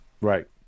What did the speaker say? Right